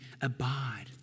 abide